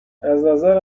ازنظر